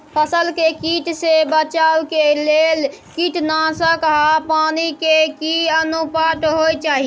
फसल के कीट से बचाव के लेल कीटनासक आ पानी के की अनुपात होय चाही?